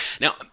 now